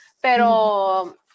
Pero